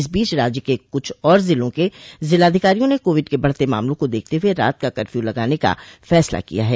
इस बीच राज्य के कुछ और जिलों के जिलाधिकारियों न कोविड के बढ़ते मामलों को देखते हुए रात का कर्फ्यू लगाने का फैसला किया है